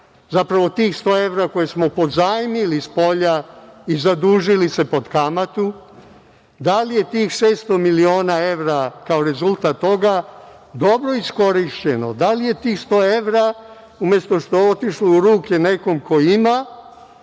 zapravo tih 100 evra koje smo pozajmili spolja i zadužili se pod kamatu, da li je tih 600 miliona evra kao rezultat toga dobro iskorišćeno? Da li je tih 100 evra umesto što su otišli u ruke nekome ko ima